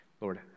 Lord